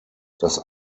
das